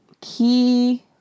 key